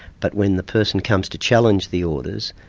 but when the person comes to challenge the orders,